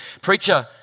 Preacher